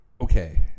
okay